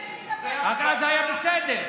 אז זה היה בסדר?